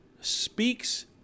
speaks